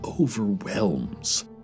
overwhelms